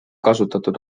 kasutatud